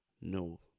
No